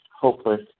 hopeless